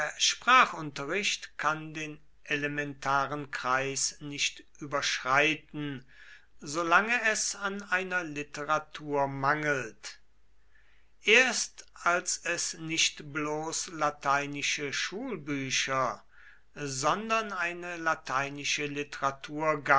sprachunterricht kann den elementaren kreis nicht überschreiten solange es an einer literatur mangelt erst als es nicht bloß lateinische schulbücher sondern eine lateinische literatur